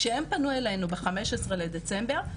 כשהם פנו אלינו ב-15 לדצמבר,